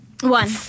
one